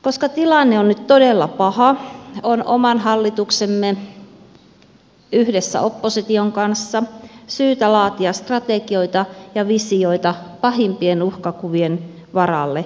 koska tilanne on nyt todella paha on oman hallituksemme yhdessä opposition kanssa syytä laatia strategioita ja visioita pahimpien uhkakuvien varalle